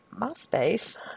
MySpace